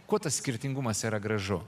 kuo tas skirtingumas yra gražu